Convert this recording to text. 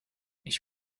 ich